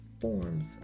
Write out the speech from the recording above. forms